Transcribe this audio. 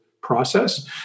process